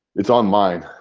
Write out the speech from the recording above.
it's on mine.